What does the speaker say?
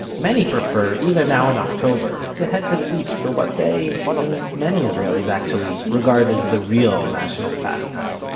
many prefer, even now in october, to head to the beach for what they and many israelis actually regard as the real national pastime,